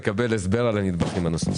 נשמח לקבל הסבר על הנדבכים הנוספים.